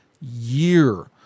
year